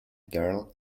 girl